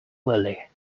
lily